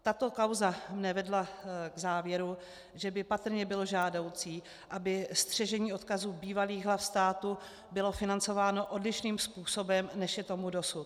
Tato kauza mě vedla k závěru, že by patrně bylo žádoucí, aby střežení odkazu bývalých hlav státu bylo financováno odlišným způsobem, než je tomu dosud.